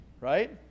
Right